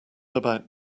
about